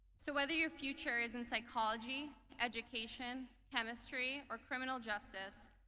so whether your future is in psychology, education, chemistry, or criminal justice,